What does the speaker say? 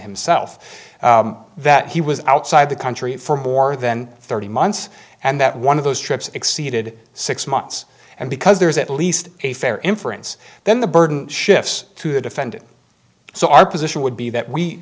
himself that he was outside the country for more than thirty months and that one of those trips exceeded six months and because there is at least a fair inference then the burden shifts to the defendant so our position would be that we